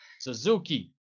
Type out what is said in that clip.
Suzuki